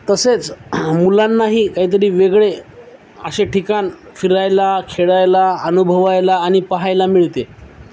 तसेच मुलांनाही काहीतरी वेगळे अशे ठिकाण फिरायला खेळायला अनुभवायला आणि पहायला मिळते